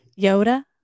Yoda